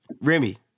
Remy